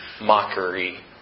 mockery